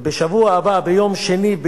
ובשבוע הבא ביום שני,